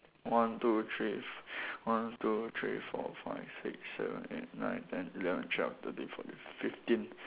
one two three f~ f~ one two three four five six seven eight nine ten eleven twelve thirteen fourteen fifteen